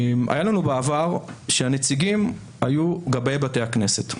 היה לנו בעבר שהנציגים היו גבאי בתי הכנסת.